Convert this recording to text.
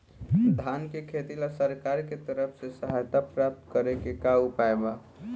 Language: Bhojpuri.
धान के खेती ला सरकार के तरफ से सहायता प्राप्त करें के का उपाय बा?